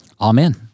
Amen